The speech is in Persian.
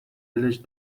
دلش